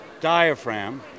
diaphragm